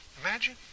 Imagine